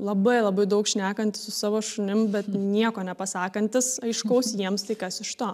labai labai daug šnekantys su savo šunim bet nieko nepasakantys aiškaus jiems tai kas iš to